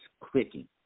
clicking